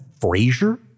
Frazier